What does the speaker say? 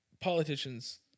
Politicians